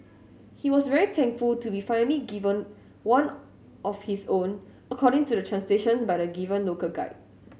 he was very thankful to be finally given one of his own according to translation by the given local guide